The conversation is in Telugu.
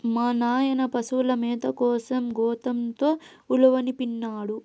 మా నాయన పశుల మేత కోసం గోతంతో ఉలవనిపినాడు